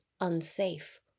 unsafe